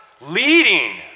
leading